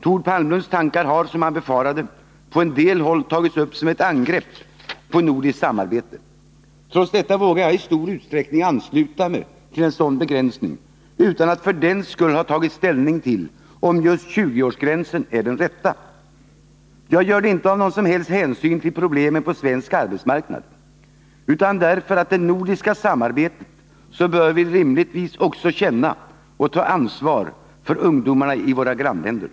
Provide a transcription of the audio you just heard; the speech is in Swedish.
Thord Palmlunds tankar har, som han befarade, på en del håll tagits som ett angrepp på nordiskt samarbete. Trots detta vågar jag i stor utsträckning ansluta mig till en sådan här begränsning, utan att för den skull ha tagit ställning till om just 20-årsgränsen är den rätta. Jag gör det inte av någon hänsyn till problemen på svensk arbetsmarknad, utan därför att vi i det nordiska samarbetet rimligtvis också bör känna och ta ansvar för ungdomarna i våra grannländer.